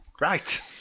right